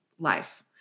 Life